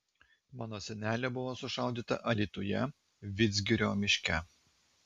mano senelė buvo sušaudyta alytuje vidzgirio miške